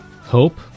Hope